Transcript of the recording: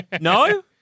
No